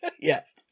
Yes